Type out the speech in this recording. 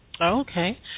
Okay